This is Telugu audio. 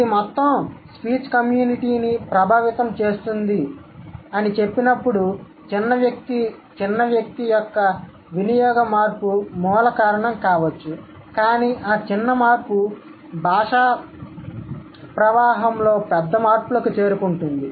ఇది మొత్తం స్పీచ్ కమ్యూనిటీని ప్రభావితం చేస్తుందని నేను చెప్పినప్పుడు చిన్న వ్యక్తి చిన్న వ్యక్తి యొక్క వినియోగ మార్పు మూల కారణం కావచ్చు కానీ ఆ చిన్న మార్పు భాషా ప్రవాహంలో పెద్ద మార్పులకు చేరుకుంటుంది